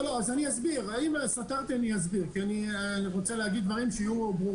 אם סתרתי אני אסביר כי אני רוצה להגיד דברים ברורים.